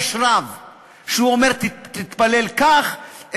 יש רב שאומר: תתפלל כך,